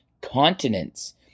continents